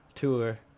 Tour